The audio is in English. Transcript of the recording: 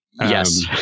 Yes